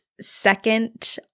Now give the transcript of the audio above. second